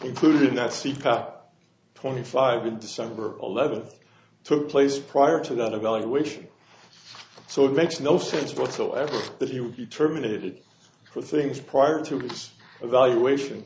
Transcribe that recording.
concluded that seek out twenty five in december eleventh took place prior to that evaluation so it makes no sense whatsoever that he would be terminated for things prior to this evaluation